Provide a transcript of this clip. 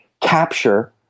capture